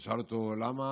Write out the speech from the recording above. אז הוא שאל אותו: למה?